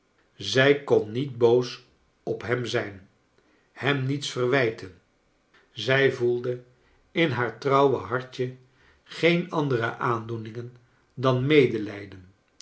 zij kon niet boos op hem zijn hem niets verwijten zij voelde in haar trouwe hartje geen andere aandoeningen dan medelijden